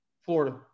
Florida